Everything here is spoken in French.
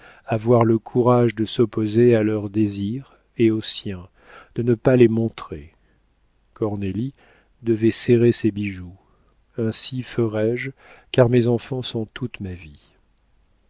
avoir le courage de s'opposer à leurs désirs et aux siens de ne pas les montrer cornélie devait serrer ses bijoux ainsi ferai-je car mes enfants sont toute ma vie